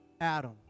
Adam